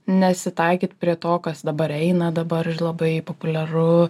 nesitaikyt prie to kas dabar eina dabar ir labai populiaru